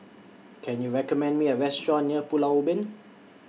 Can YOU recommend Me A Restaurant near Pulau Ubin